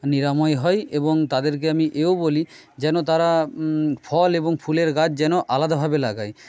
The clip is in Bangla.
নিরাময় হয় এবং তাদেরকে আমি এও বলি যেন তারা ফল এবং ফুলের গাছ যেন আলাদাভাবে লাগায়